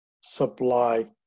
supply